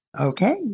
Okay